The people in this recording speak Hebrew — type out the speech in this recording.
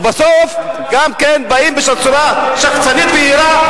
ובסוף גם כן באים בצורה שחצנית ויהירה,